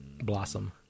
Blossom